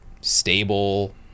stable